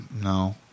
No